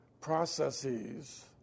processes